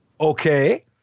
okay